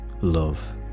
love